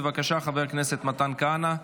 בבקשה, חבר הכנסת מתן כהנא,